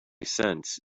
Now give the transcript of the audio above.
cents